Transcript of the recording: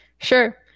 Sure